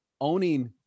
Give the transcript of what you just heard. owning